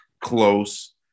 close